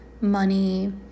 money